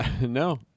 no